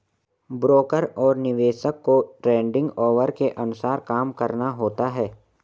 broker और निवेशक को ट्रेडिंग ऑवर के अनुसार काम करना होता है